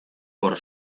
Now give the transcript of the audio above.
por